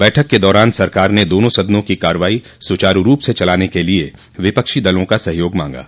बैठक के दौरान सरकार ने दोनों सदनों की कार्यवाई सुचारू रूप से चलाने के लिए विपक्षो दलों का सहयोग मांगा